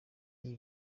ibi